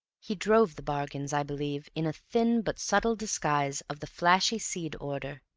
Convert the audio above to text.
he drove the bargains, i believe, in a thin but subtle disguise of the flashy-seedy order,